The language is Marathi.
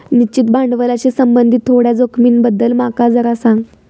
निश्चित भांडवलाशी संबंधित थोड्या जोखमींबद्दल माका जरा सांग